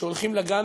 שהולכים לגן